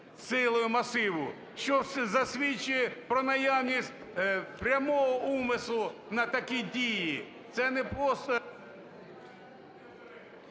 силою масиву, що засвідчує про наявність прямого умислу на такі дії. Це не просто…